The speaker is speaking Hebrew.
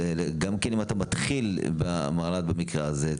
אם אתה מתחיל עם המלר"ד במקרה הזה.